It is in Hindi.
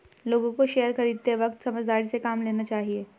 लोगों को शेयर खरीदते वक्त समझदारी से काम लेना चाहिए